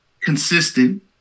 consistent